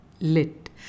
Lit